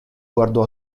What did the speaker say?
guardò